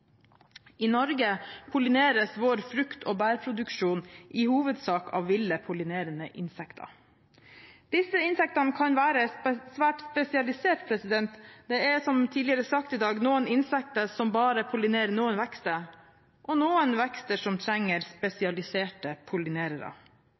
I Norge pollineres vår frukt- og bærproduksjon i hovedsak av ville pollinerende insekter. Disse insektene kan være svært spesialisert. Det er, som sagt tidligere i dag, noen insekter som bare pollinerer noen vekster, og noen vekster som trenger